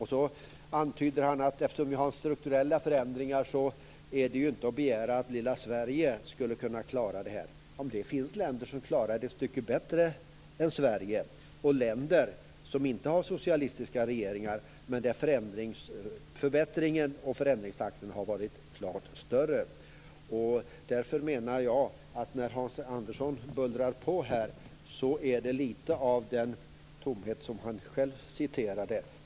Han antydde vidare att eftersom vi har strukturella förändringar är det inte att begära att lilla Sverige skulle kunna klara det här. Men det finns länder som klarar det ett stycke bättre än Sverige, länder som inte har socialistiska regeringar men där förbättrings och förändringstakten har varit klart större. Därför menar jag att när Hans Andersson bullrar på här är det lite av samma tomhet som han själv nämnde i sitt citat.